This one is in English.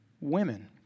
women